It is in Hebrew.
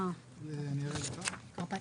אם אתה יכול,